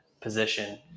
position